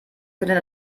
könnte